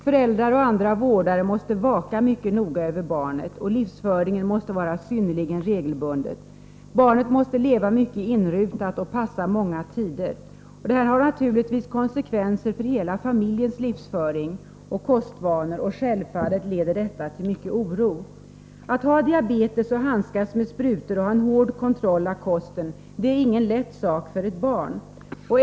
Föräldrar och andra vårdare måste vaka mycket noga över barnet. Livsföringen måste vara synnerligen regelbunden. Barnet måste leva mycket inrutat och passa många tider. Detta får naturligtvis konsekvenser för hela familjens livsföring och kostvanor. Självfallet leder det till mycken oro. Att ha diabetes och att behöva handskas med sprutor och ha en hård kontroll av kosten är ingen lätt sak för ett barn.